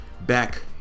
back